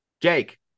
Jake